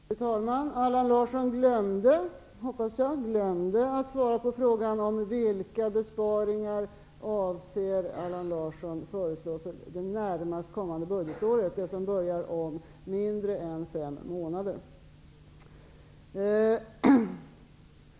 Fru talman! Allan Larsson glömde -- hoppas jag -- att svara på frågan om vilka besparingar han avser att föreslå för det närmast kommande budgetåret, det som börjar om mindre än fem månader.